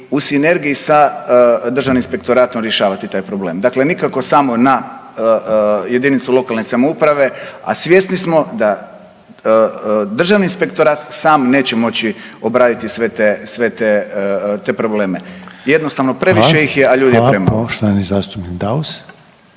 u sinergiji sa državnim inspektoratom rješavati taj problem. Dakle, nikako samo na jedinicu lokalne samouprave, a svjesni smo da državni inspektorat sam neće moći obraditi sve te, sve te, te probleme. Jednostavno previše ih je …/Upadica: